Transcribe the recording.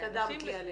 התקדמת לי עליה.